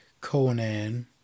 Conan